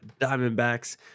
Diamondbacks